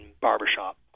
barbershop